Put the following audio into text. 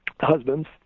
Husbands